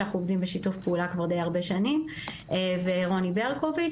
שאנחנו עובדים בשיתוף פעולה כבר די הרבה שנים ורוני ברקוביץ,